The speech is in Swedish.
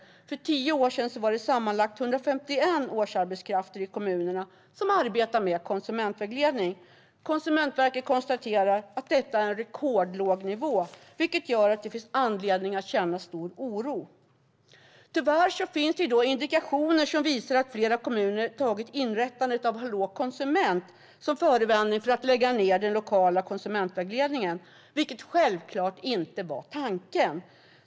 För tio år sedan var det sammanlagt 151 årsarbetskrafter i kommunerna som arbetade med konsumentvägledning. Konsumentverket konstaterar att detta är en rekordlåg nivå, vilket gör att det finns anledning att känna stor oro. Tyvärr finns det indikationer på att fler kommuner har tagit inrättandet av Hallå konsument som förevändning för att lägga ned den lokala konsumentvägledningen, vilket självklart inte var tanken.